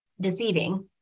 deceiving